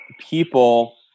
people